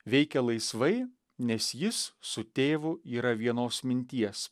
veikia laisvai nes jis su tėvu yra vienos minties